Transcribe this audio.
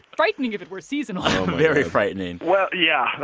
frightening if it were seasonal very frightening well, yeah.